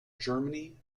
germany